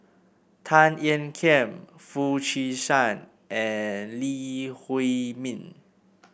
Tan Ean Kiam Foo Chee San and Lee Huei Min